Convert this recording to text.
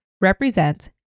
represent